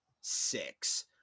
six